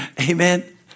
Amen